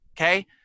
okay